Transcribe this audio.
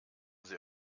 sie